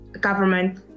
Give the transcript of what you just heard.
government